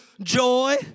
Joy